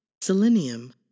selenium